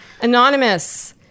anonymous